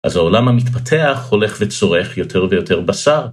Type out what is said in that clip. אז העולם המתפתח הולך וצורך יותר ויותר בשר.